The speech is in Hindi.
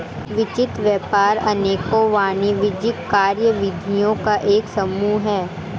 वित्त व्यापार अनेकों वाणिज्यिक कार्यविधियों का एक समूह है